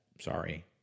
sorry